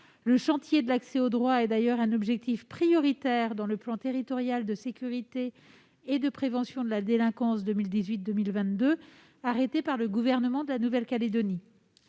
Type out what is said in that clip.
Le chantier de l'accès aux droits est d'ailleurs un objectif prioritaire dans le plan territorial de sécurité et de prévention de la délinquance 2018-2022, arrêté par le gouvernement de la Nouvelle-Calédonie.